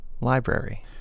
library